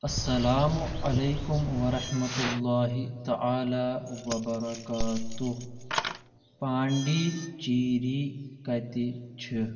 اسلام علیکم ورحمۃ اللہ تعالٰی وبرکاتہ پانڈی چیری کَتہِ چھِ ؟